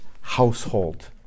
household